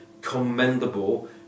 commendable